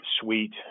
suite